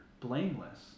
blameless